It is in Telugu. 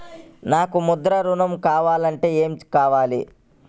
నాకు ముద్ర ఋణం కావాలంటే ఏమి కావాలి?